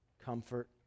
comfort